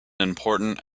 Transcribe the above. important